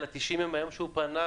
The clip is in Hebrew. אלא 90 יום מהיום שהוא פנה.